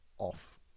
off